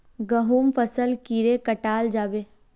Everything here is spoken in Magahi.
गहुम फसल कीड़े कटाल जाबे?